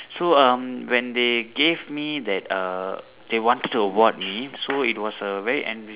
so um when they gave me that uh they wanted to award me so it was a very enri~